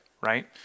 Right